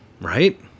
Right